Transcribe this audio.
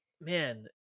Man